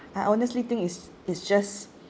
I honestly think it's it's just